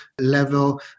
level